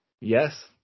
Yes